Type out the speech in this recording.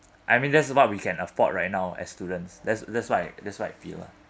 I mean that's what we can afford right now as students that's that's what I that's what I feel lah